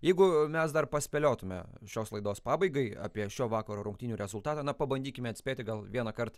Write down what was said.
jeigu mes dar paspėliotume šios laidos pabaigai apie šio vakaro rungtynių rezultatą na pabandykime atspėti gal vienąkart